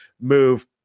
move